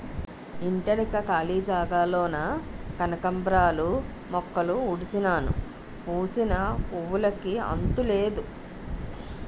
ఇంటెనక కాళీ జాగాలోన కనకాంబరాలు మొక్కలుడిసినాను పూసిన పువ్వులుకి అంతులేదు